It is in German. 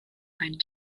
ein